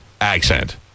accent